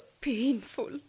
painful